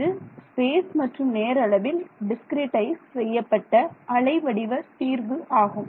இது ஸ்பேஸ் மற்றும் நேர அளவில் டிஸ்கிரிட்டைஸ் செய்யப்பட்ட அலை வடிவ தீர்வு ஆகும்